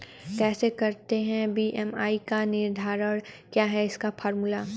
कैसे करते हैं बी.एम.आई का निर्धारण क्या है इसका फॉर्मूला?